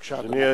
בבקשה, אדוני.